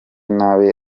nabi